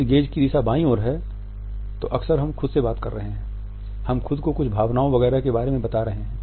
यदि गेज़ की दिशा बाईं ओर है तो अक्सर हम खुद से बात कर रहे हैं हम खुद को कुछ भावनाओं वगैरह के बारे में बता रहे हैं